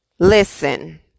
Listen